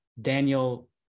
Daniel